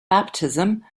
baptism